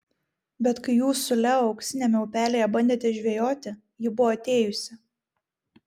bet kai jūs su leo auksiniame upelyje bandėte žvejoti ji buvo atėjusi